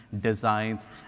designs